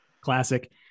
Classic